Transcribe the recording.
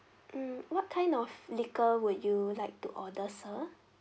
mm what kind of liquor would you like to order sir